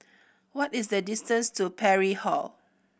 what is the distance to Parry Hall